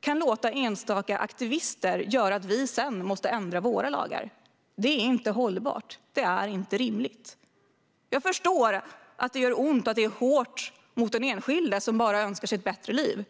kan låta enstaka aktivister göra så att vi sedan måste ändra våra lagar. Det är inte hållbart. Det är inte rimligt. Jag förstår att det gör ont och att det är hårt mot den enskilde som bara önskar sig ett bättre liv.